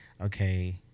okay